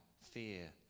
fear